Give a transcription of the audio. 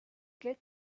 get